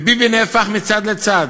וביבי נהפך מצד לצד,